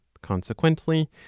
Consequently